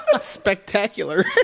Spectacular